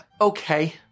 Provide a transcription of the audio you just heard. okay